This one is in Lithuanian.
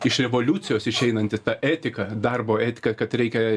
iš revoliucijos išeinanti ta etika darbo etika kad reikia